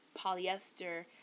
polyester